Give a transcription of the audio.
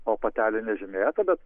o patelė nežymėta bet